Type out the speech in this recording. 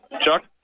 Chuck